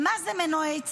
מה הם מנועי צמיחה?